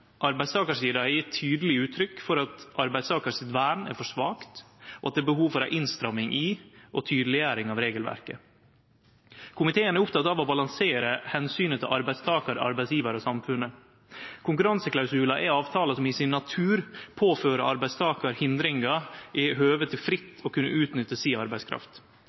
Arbeidstakarsida har gjeve tydeleg uttrykk for at arbeidstakar sitt vern er for svakt, og at det er behov for ei innstramming i og tydeleggjering av regelverket. Komiteen er oppteken av å balansere omsynet til arbeidstakar, arbeidsgjevar og samfunnet. Konkurranseklausular er avtalar som i sin natur påfører arbeidstakar hindringar i høve til fritt å kunne utnytte si arbeidskraft.